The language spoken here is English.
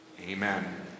Amen